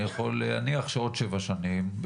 אני יכול להניח שבעוד שבע שנים,